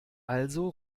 also